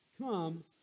come